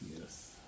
Yes